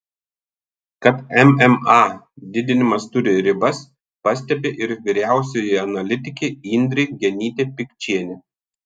kad mma didinimas turi ribas pastebi ir vyriausioji analitikė indrė genytė pikčienė